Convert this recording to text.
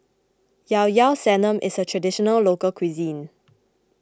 Ilao Ilao Sanum is a Traditional Local Cuisine